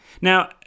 Now